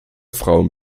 frauen